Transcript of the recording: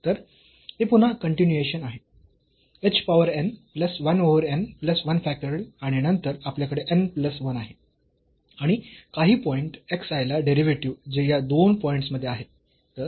तर ते पुन्हा कन्टीन्यूएशन आहे h power n plus 1 over n plus 1 factorial आणि नंतर आपल्याकडे n प्लस 1 आहे आणि काही पॉईंट xi ला डेरिव्हेटिव्ह जे या दोन पॉईंटस् च्या मध्ये आहे